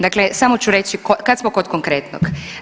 Dakle, samo ću reći kad smo kod konkretnog.